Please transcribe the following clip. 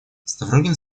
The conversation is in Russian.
ставрогин